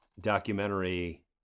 documentary